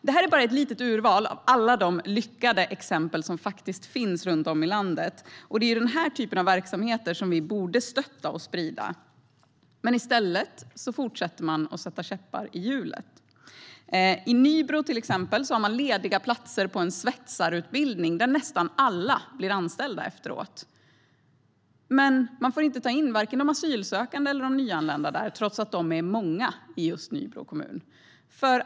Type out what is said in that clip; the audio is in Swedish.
Det här är bara ett litet urval av alla de lyckade exempel som faktiskt finns runt om i landet. Det är den här typen av verksamheter som vi borde stötta och sprida. Men i stället fortsätter man att sätta käppar i hjulet. I Nybro har man till exempel lediga platser på en svetsarutbildning där nästan alla blir anställda efteråt. Men man får inte ta in vare sig de asylsökande eller de nyanlända där, trots att de är många i just Nybro kommun.